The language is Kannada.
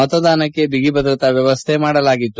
ಮತದಾನಕ್ಕೆ ಬಿಗಿ ಭದ್ರತಾ ವ್ಲವಸ್ಥೆ ಮಾಡಲಾಗಿತ್ತು